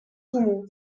comú